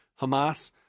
Hamas